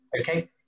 Okay